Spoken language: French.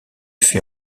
fut